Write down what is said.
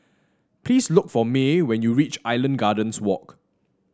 please look for May when you reach Island Gardens Walk